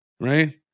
right